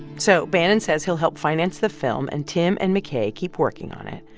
so bannon says he'll help finance the film, and tim and mckay keep working on it.